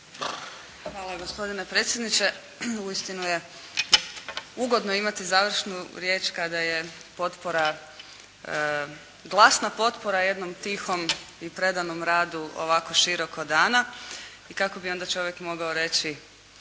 Hvala gospodine predsjedniče. Uistinu je ugodno imati završnu riječ kada je potpora, glasna potpora jednom tihom i predanom radu ovako široko dana i kako bi onda čovjek mogao reći